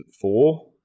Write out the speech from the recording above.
four